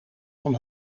van